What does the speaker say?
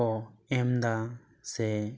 ᱠᱚ ᱮᱢᱫᱟ ᱥᱮ